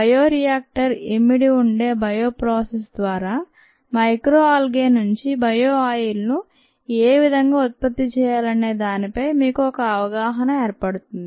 bio reactor ఇమిడి ఉండే bioprocess ద్వారా మైక్రోఆల్గే నుంచి బయో ఆయిల్ ను ఏవిధంగా ఉత్పత్తి చేయాలనే దానిపై మీకు ఒక అవగాహన ఏర్పడుతుంది